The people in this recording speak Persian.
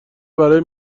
برای